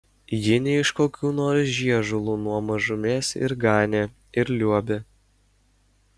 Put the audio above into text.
ji ne iš kokių nors žiežulų nuo mažumės ir ganė ir liuobė